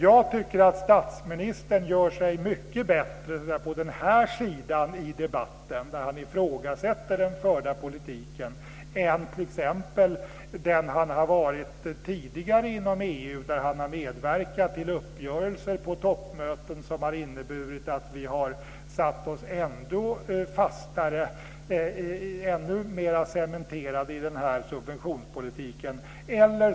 Jag tycker att statsministern gör sig mycket bättre på den här sidan i debatten, när han ifrågasätter den förda politiken, än t.ex. på den sida som han har varit på tidigare inom EU, när han har medverkat till uppgörelser på toppmöten som har inneburit att vi har satt oss ännu mer fast, blivit ännu mer cementerade, i den här subventionspolitiken.